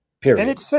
Period